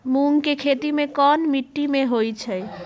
मूँग के खेती कौन मीटी मे होईछ?